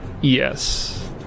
Yes